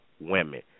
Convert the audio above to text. women